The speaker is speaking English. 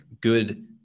good